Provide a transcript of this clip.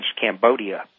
Cambodia